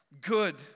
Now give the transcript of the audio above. good